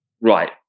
Right